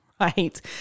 right